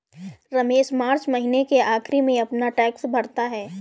रमेश मार्च महीने के आखिरी में अपना टैक्स भरता है